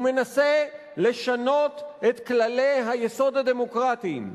הוא מנסה לשנות את כללי היסוד הדמוקרטיים,